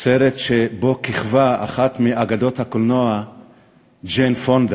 סרט שבו כיכבה אחת מאגדות הקולנוע, ג'יין פונדה.